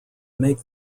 make